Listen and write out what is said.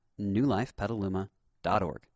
newlifepetaluma.org